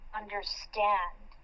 understand